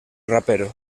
rapero